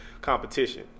competition